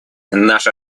наша